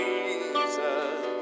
Jesus